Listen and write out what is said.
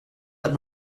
let